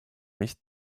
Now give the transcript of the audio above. nicht